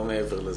לא מעבר לזה.